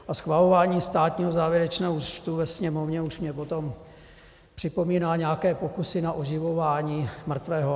A schvalování státního závěrečného účtu ve Sněmovně už mně potom připomíná nějaké pokusy na oživování mrtvého.